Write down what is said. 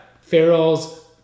Farrell's